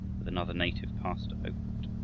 with another native pastor over it.